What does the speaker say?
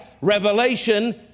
revelation